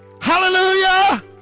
Hallelujah